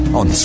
on